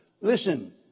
Listen